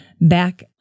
back